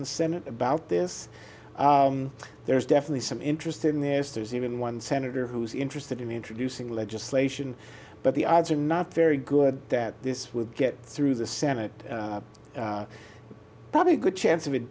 the senate about this there's definitely some interest in there is there's even one senator who's interested in introducing legislation but the odds are not very good that this would get through the senate probably a good chance